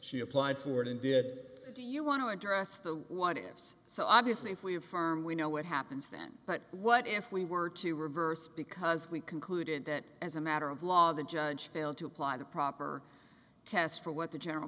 she applied for it and did it do you want to address the what ifs so obviously if we affirm we know what happens then but what if we were to reverse because we concluded that as a matter of law the judge failed to apply the proper test for what the general